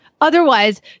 Otherwise